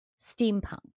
steampunk